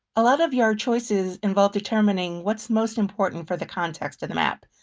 a lot of your choices involve determining what's most important for the context of the map.